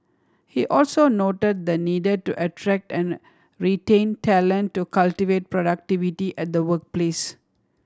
he also noted the needed to attract and retain talent to cultivate productivity at the workplace